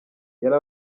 yari